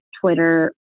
Twitter